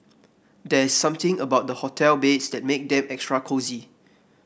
there is something about hotel beds that make them extra cosy